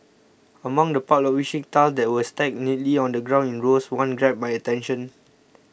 among the pile of wishing tiles that were stacked neatly on the ground in rows one grabbed my attention